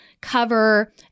cover